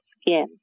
skin